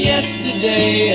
Yesterday